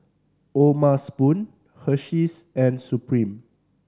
O'ma Spoon Hersheys and Supreme